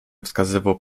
wskazywał